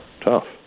tough